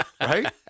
Right